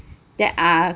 that are